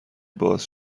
باز